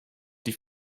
die